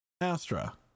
Astra